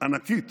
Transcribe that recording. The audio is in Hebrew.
ענקית